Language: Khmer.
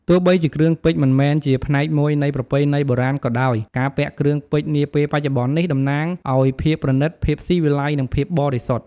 ទោះបីជាគ្រឿងពេជ្រមិនមែនជាផ្នែកមួយនៃប្រពៃណីបុរាណក៏ដោយ ការពាក់គ្រឿងពេជ្រនាពេលបច្ចុប្បន្ននេះ តំណាងឱ្យ ភាពប្រណីត ភាពស៊ីវិល័យ និងភាពបរិសុទ្ធ។